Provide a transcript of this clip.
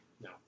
No